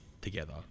together